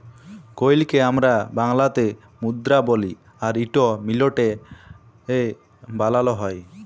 কইলকে আমরা বাংলাতে মুদরা বলি আর ইট মিলটে এ বালালো হয়